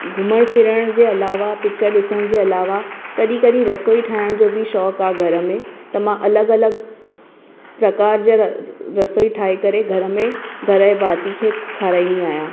घुमणु फिरणु जे अलावा पिचर ॾिसण जे अलावा कॾहिं कॾहिं रसोई ठाहिण जो बि शौंक़ु आहे घर में त मां अलॻि अलॻि प्रकार जा रसोई ठाहे करे घर में घर जे भाती खे खाराईंदी आहियां